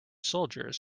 soldiers